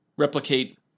Replicate